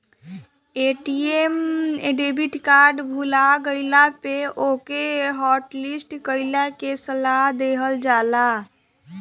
ATM debit card भूला गईला पे ओके हॉटलिस्ट कईला के सलाह देहल जाला